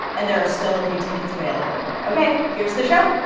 and there are still a few tickets available. ok, here's the show